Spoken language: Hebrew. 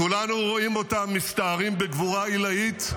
כולנו רואים אותם מסתערים בגבורה עילאית,